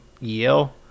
yell